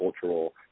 cultural